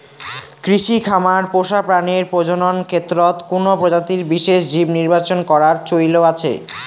কৃষি খামার পোষা প্রাণীর প্রজনন ক্ষেত্রত কুনো প্রজাতির বিশেষ জীব নির্বাচন করার চৈল আছে